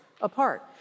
apart